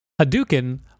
Hadouken